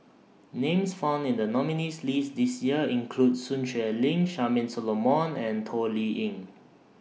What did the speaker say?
Names found in The nominees' list This Year include Sun Xueling Charmaine Solomon and Toh Liying